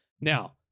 Now